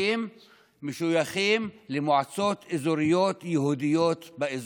משויכים למועצות אזוריות יהודיות באזור.